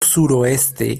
suroeste